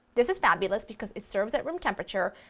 this is fabulous because it serves at room temperature,